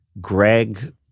Greg